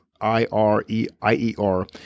I-R-E-I-E-R